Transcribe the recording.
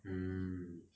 mm